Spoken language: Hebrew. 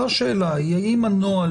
שאלתי שאלה מאוד קונקרטית: כמה מתקציבי שב"ס